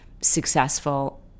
successful